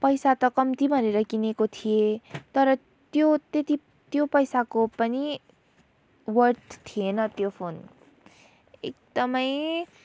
पैसा त कम्ती भनेर किनेको थिएँ तर त्यो त्यति त्यो पैसाको पनि वर्थ थिएन त्यो फोन एकदमै